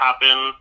happen